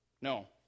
no